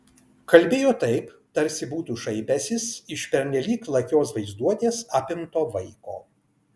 kalbėjo taip tarsi būtų šaipęsis iš pernelyg lakios vaizduotės apimto vaiko